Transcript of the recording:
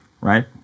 right